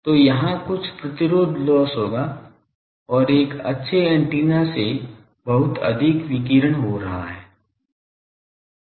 तो यहाँ कुछ प्रतिरोध लॉस होगा और एक अच्छे एंटीना से बहुत अधिक विकिरण हो रहा है